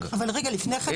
להיכנס.